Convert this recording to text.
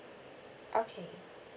okay